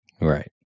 Right